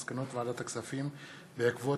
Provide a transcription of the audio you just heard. מסקנות ועדת הכספים בעקבות